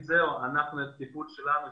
זהו, את הטיפול שלנו סיימנו,